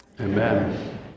Amen